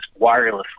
wirelessly